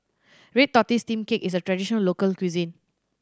red tortoise steamed cake is a traditional local cuisine